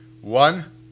one